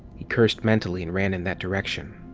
he cursed mentally and ran in that direction.